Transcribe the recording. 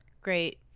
great